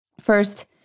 First